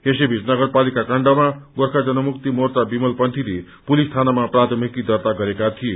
यसै बीच नगरपालिका काण्डमा गोर्खा जनमुक्ति मोर्चा विमलपन्थी पुलिस थानामा प्राथमिकि दर्ता गरेका थिए